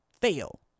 fail